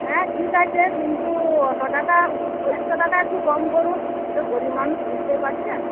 হ্যাঁ ঠিক আছে কিন্তু ওতো টাকা কয়েকশো টাকা একটু কম করুন তো গরিব মানুষ বুঝতেই পারছেন